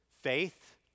faith